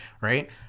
Right